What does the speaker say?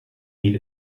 heed